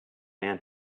man